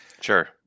Sure